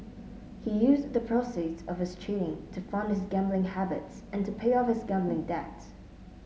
he used the proceeds of his cheating to fund his gambling habits and to pay off his gambling debts